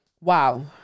Wow